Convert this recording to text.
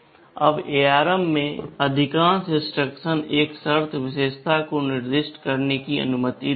अब ARM में अधिकांश इंस्ट्रक्शन एक शर्त विशेषता को निर्दिष्ट करने की अनुमति देता है